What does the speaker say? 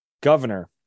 Governor